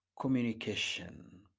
Communication